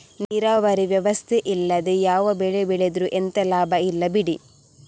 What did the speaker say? ನೀರಾವರಿ ವ್ಯವಸ್ಥೆ ಇಲ್ಲದೆ ಯಾವ ಬೆಳೆ ಬೆಳೆದ್ರೂ ಎಂತ ಲಾಭ ಇಲ್ಲ ಬಿಡಿ